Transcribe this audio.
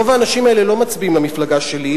רוב האנשים האלה לא מצביעים למפלגה שלי,